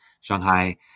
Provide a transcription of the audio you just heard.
Shanghai